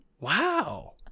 wow